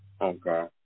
Okay